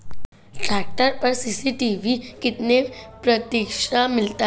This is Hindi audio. ट्रैक्टर पर सब्सिडी कितने प्रतिशत मिलती है?